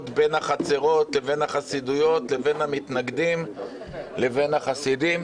בין החצרות לבין החסידויות לבין המתנגדים לבין החסידים.